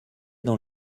dans